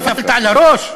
נפלת על הראש?